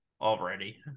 already